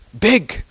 big